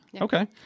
Okay